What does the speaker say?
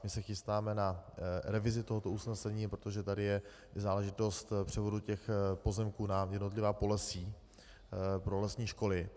My se chystáme na revizi tohoto usnesení, protože tady je záležitost převodu těch pozemků na jednotlivá polesí pro lesní školy.